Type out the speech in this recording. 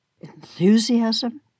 Enthusiasm